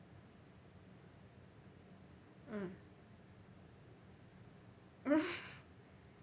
mm